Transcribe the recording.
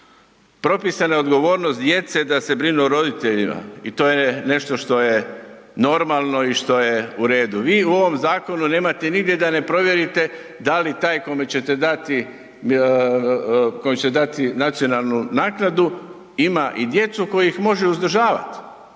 propisana je odgovornost djece da se brinu o roditeljima i to je nešto što je normalno i što je u redu. Vi u ovom zakonu nemate nigdje da ne provjerite da li taj kome ćete dati nacionalnu naknadu ima i djecu koja ih može uzdržavati.